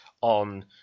on